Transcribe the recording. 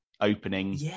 opening